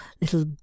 little